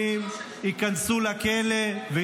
תתביישו לכם כולם.